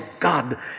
God